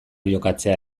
jokatzea